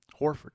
Horford